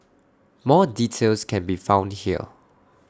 more details can be found here